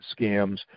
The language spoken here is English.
scams